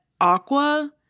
Aqua